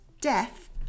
death